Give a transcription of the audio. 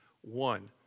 one